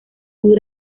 muy